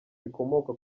rikomoka